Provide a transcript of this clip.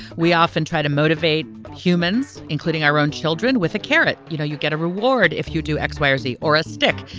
we often try to motivate humans, including our own children, with a carrot. you know, you get a reward. if you do x, where's the or a stick?